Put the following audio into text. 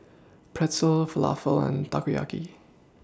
Pretzel Falafel and Takoyaki